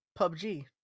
PUBG